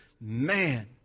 man